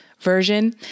version